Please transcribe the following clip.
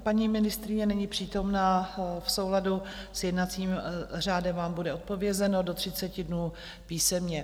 Paní ministryně není přítomna, v souladu s jednacím řádem vám bude odpovězeno do 30 dnů písemně.